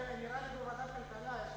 נראה לי שהוא בוועדת כלכלה,